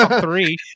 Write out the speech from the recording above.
three